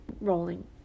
rolling